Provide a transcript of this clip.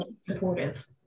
supportive